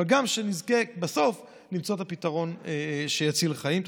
אבל גם שנזכה בסוף למצוא את הפתרון שיציל חיים.